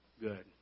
good